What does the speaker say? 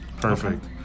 Perfect